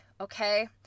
okay